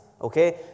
okay